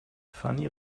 fanny